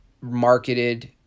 marketed